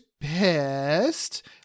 pissed